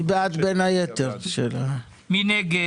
מי נגד?